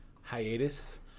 hiatus